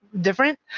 different